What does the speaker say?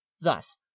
Thus